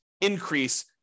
increase